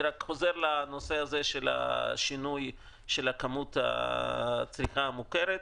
אני רק חוזר לנושא של שינוי כמות הצריכה המוכרת.